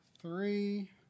three